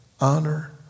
honor